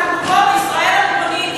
אנחנו פה, בישראל הריבונית.